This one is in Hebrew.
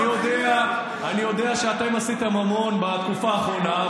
אני יודע שאתם עשיתם המון בתקופה האחרונה,